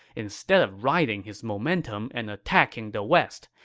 instead of riding his momentum and attacking the west,